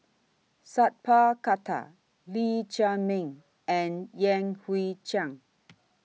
Sat Pal Khattar Lee Chiaw Meng and Yan Hui Chang